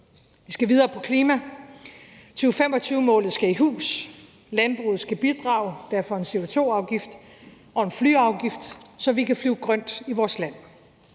Vi skal videre på klimaområdet. 2025-målet skal i hus. Landbruget skal bidrage, derfor skal vi have en CO2-afgift, og vi skal have en flyafgift, så vi kan flyve grønt i vores land.